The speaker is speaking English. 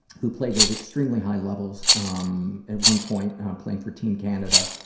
who played at extremely high levels, um at one point playing for team canada,